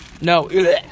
No